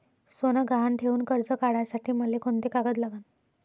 सोनं गहान ठेऊन कर्ज काढासाठी मले कोंते कागद लागन?